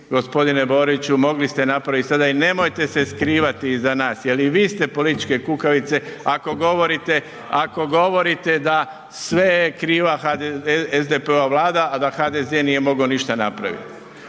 gospodine Boriću mogli ste napraviti sada i nemojte se skrivati iza nas jel i vi ste političke kukavice ako govorite da sve je kriva SDP-ova vlada, a da HDZ nije mogao ništa napraviti.